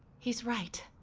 he's right.